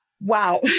wow